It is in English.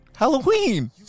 Halloween